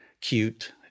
cute